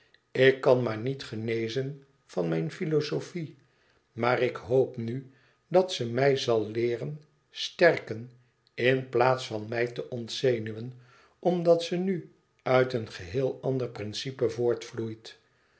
ik kan maar niet genezen van mijn filozofie maar ik hoop nu dat ze mij zal leeren sterken in plaats van mij te ontzenuwen omdat ze nu uit een geheel ander principe voortvloeit